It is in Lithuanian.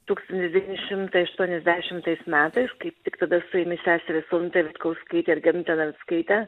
tūkstantis devyni šimtai aštuoniasdešimtais metais kaip tik tada suėmė seseris onutę vitkauskaitę ir genutę venskaitę